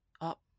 up